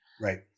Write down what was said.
Right